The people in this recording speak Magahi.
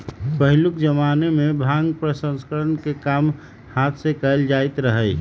पहिलुक जुगमें भांग प्रसंस्करण के काम हात से कएल जाइत रहै